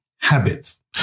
habits